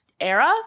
era